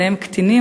וביניהם קטינים,